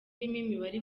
imibare